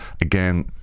again